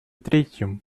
третьим